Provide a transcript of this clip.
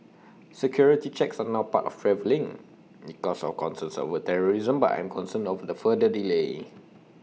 security checks are now part of travelling because of concerns over terrorism but I'm concerned over the further delay